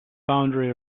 boundary